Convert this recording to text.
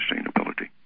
sustainability